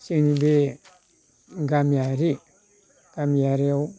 जोंनि बे गामियारि गामियारिआव